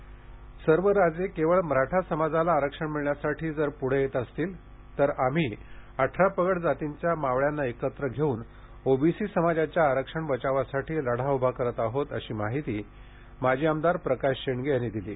Maratha OBC आरक्षण सर्व राजे केवळ मराठा समाजाला आरक्षण मिळण्यासाठी जर पुढे येत असतील तर आम्ही अठरापगड जातींच्या मावळ्यांना एकत्र घेऊन ओबीसी समाजाच्या आरक्षण बचावसाठी लढा उभा करत आहोत अशी माहिती माजी आमदार प्रकाश शेंडगे यांनी दिली